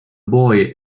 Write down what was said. boy